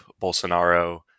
Bolsonaro